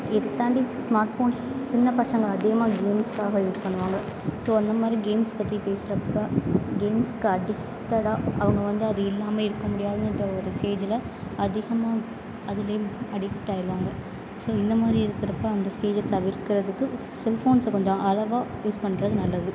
இது தாண்டி smart phones சின்ன பசங்க அதிகமாக கேம்ஸ்காக யூஸ் பண்ணுவாங்க ஸோ அந்த மாதிரி கேம்ஸ் பற்றி பேசுகிறப்ப கேம்ஸ்க்கு அடிக்ட்டடா அவங்க வந்து அது இல்லாமல் இருக்க முடியாதுன்ற ஒரு ஸ்டேஜில் அதிகமாக அதுலே அடிக்ட் ஆகிருவாங்க ஸோ இந்த மாதிரி இருக்கிறப்ப அந்த ஸ்டேஜ தவிர்க்கறதுக்கு செல்ஃபோன்ஸை கொஞ்சம் அளவாக யூஸ் பண்ணுறது நல்லது